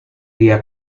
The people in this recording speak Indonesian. dia